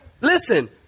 Listen